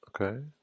Okay